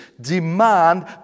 demand